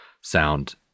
sound